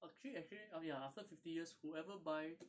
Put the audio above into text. actually actually ah ya after fifty years whoever buy